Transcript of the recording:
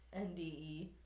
NDE